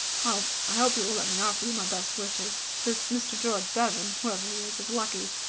well, i hope you will let me offer you my best wishes. this mr. george bevan, whoever he is, is lucky.